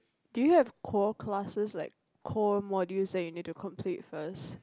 do you have core classes like core modules that you need to complete first